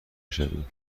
شوی